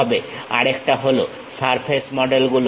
আরেকটা হলো surface model গুলো